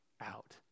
out